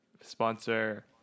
Sponsor